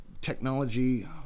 technology